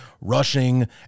rushing